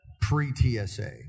pre-TSA